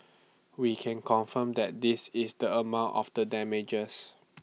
we can confirm that this is the amount of the damages